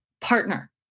Partner